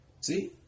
See